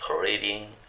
reading